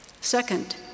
Second